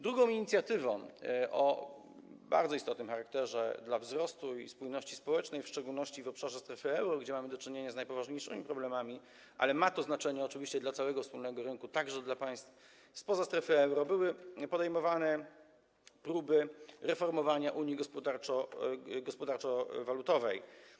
Drugą inicjatywą o bardzo istotnym charakterze dla wzrostu i spójności społecznej, w szczególności w obszarze strefy euro, gdzie mamy do czynienia z najpoważniejszymi problemami, ale ma to znaczenie oczywiście dla całego wspólnego rynku, także dla państw spoza strefy euro, było podejmowanie prób reformowania unii gospodarczo-walutowej.